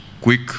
quick